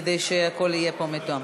כדי שהכול יהיה פה מתואם.